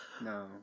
No